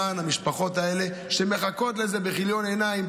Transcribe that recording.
למען המשפחות האלה שמחכות לזה בכיליון עיניים.